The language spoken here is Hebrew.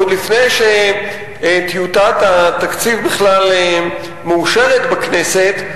עוד לפני שטיוטת התקציב בכלל מאושרת בכנסת,